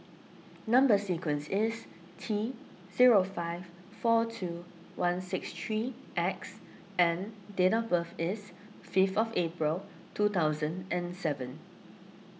Number Sequence is T zero five four two one six three X and date of birth is fifth of April two thousand and seven